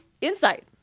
insight